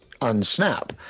unsnap